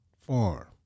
farm